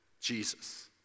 Jesus